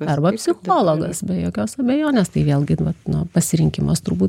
arba psichologas be jokios abejonės tai vėlgi vat na pasirinkimas turbūt